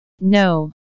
No